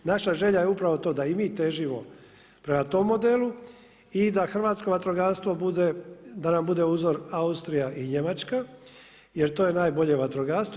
Naša želja je upravo to da i mi težimo prema tom modelu i da hrvatsko vatrogastvo bude da nam bude uzor Austrija i Njemačka jer to je najbolje vatrogastvo.